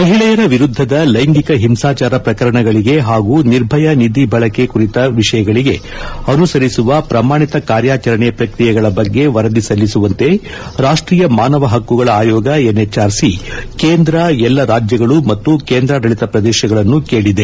ಮಹಿಳೆಯರ ವಿರುದ್ಲದ ಲೈಂಗಿಕ ಹಿಂಸಾಚಾರ ಶ್ರಕರಣಗಳಿಗೆ ಹಾಗೂ ನಿರ್ಭಯಾ ನಿಧಿ ಬಳಕೆ ಕುರಿತ ವಿಷಯಗಳಿಗೆ ಅನುಸರಿಸುವ ಶ್ರಮಾಣಿತ ಕಾರ್ಯಾಚರಣೆ ಪ್ರಕ್ರಿಯೆಗಳ ಬಗ್ಗೆ ವರದಿ ಸಲ್ಲಿಸುವಂತೆ ರಾಷ್ಷೀಯ ಮಾನವ ಹಕ್ಕುಗಳ ಆಯೋಗ ಎನ್ ಹೆಚ್ ಆರ್ ಸಿ ಕೇಂದ್ರ ಎಲ್ಲಾ ರಾಜ್ಲಗಳು ಮತ್ತು ಕೇಂದ್ರಾಡಳಿತ ಪ್ರದೇಶಗಳನ್ನು ಕೇಳಿದೆ